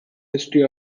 history